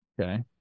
okay